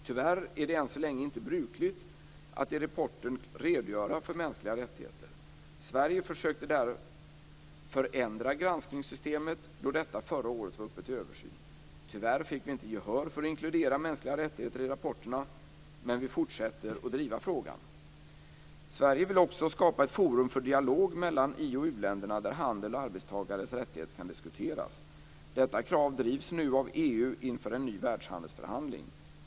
Tyvärr är det än så länge inte brukligt att i rapporten redogöra för mänskliga rättigheter. Sverige försökte därför förändra granskningssystemet då detta förra året var uppe till översyn. Tyvärr fick vi inte gehör för att inkludera mänskliga rättigheter i rapporterna, men vi fortsätter att driva frågan. Sverige vill också skapa ett forum för dialog mellan i och u-länderna där handel och arbetstagares rättigheter kan diskuteras. Detta krav drivs nu av EU inför en ny världshandelsförhandling.